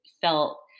felt